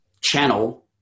channel